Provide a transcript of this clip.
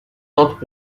not